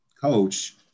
coach